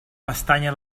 pestanya